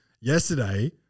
Yesterday